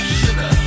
sugar